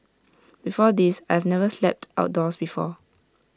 before this I've never slept outdoors before